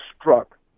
struck